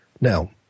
Now